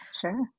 sure